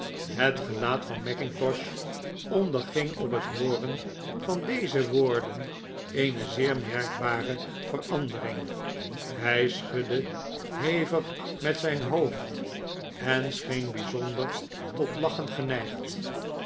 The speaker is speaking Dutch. het gelaat van mackintosh onderging op het hooren van deze woorden eene zeer merkbare verandering hij schudde hevig met zijn hoofd en scheen bijzonder tot lachen geneigd